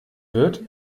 wird